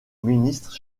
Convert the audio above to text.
ministre